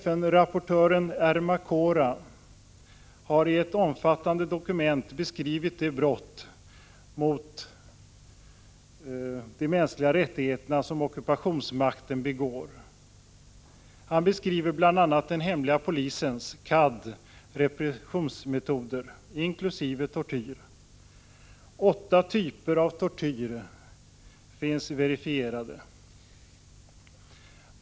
FN-rapportören Ermacora har i ett omfattande dokument beskrivit de brott mot de mänskliga rättigheterna som ockupationsmakten begår. Han beskriver bl.a. den hemliga polisens, Khad, repressionsmetoder, inkl. tortyr. Åtta typer av tortyr finns verifierade.